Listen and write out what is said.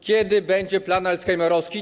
Kiedy będzie plan alzheimerowski?